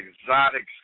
Exotics